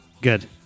Good